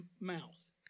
mouth